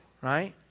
right